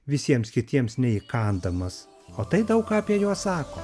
visiems kitiems neįkandamas o tai daug ką apie juos sako